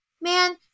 man